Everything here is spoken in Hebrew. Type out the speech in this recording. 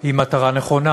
היא מטרה נכונה.